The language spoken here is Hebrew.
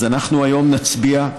אנחנו היום נצביע,